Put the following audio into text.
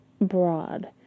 broad